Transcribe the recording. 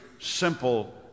simple